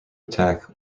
attack